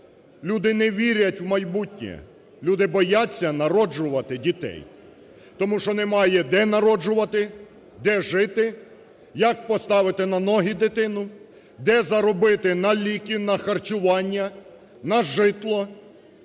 люди не вірять в майбутнє, люди бояться народжувати дітей, тому що немає де народжувати, де жити, як поставити на ноги дитину, де заробити на ліки, на харчування, на житло;